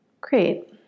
great